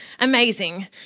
Amazing